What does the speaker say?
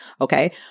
Okay